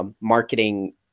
marketing